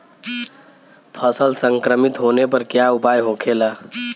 फसल संक्रमित होने पर क्या उपाय होखेला?